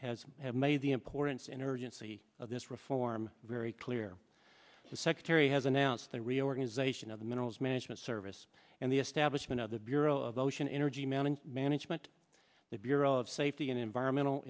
d has made the importance in urgency of this reform very clear the secretary has announced the reorganization of the minerals management service and the establishment of the bureau of ocean energy mountain management the bureau of safety and environmental